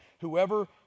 whoever